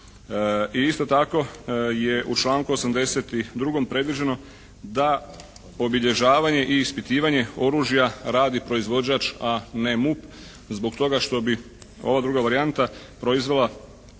I isto tako je u članku 82. predviđeno da obilježavanje i ispitivanje oružja radi proizvođač, a ne MUP. Zbog toga što bi ova druga varijanta proizvela